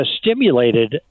stimulated